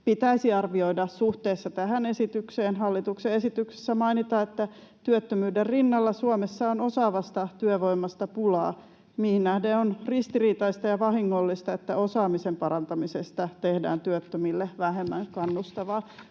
pitäisi arvioida suhteessa tähän esitykseen. Hallituksen esityksessä mainitaan, että työttömyyden rinnalla Suomessa on osaavasta työvoimasta pulaa, mihin nähden on ristiriitaista ja vahingollista, että osaamisen parantamisesta tehdään työttömille vähemmän kannustavaa.